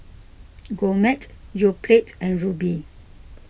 Gourmet Yoplait and Rubi